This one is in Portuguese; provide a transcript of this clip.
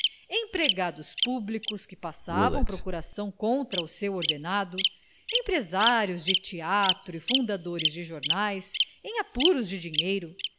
empregados públicos que passavam procuração contra o seu ordenado empresários de teatro e fundadores de jornais em aparos de dinheiro